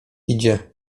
idzie